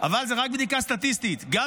אבל זו רק בדיקה סטטיסטית.